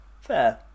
Fair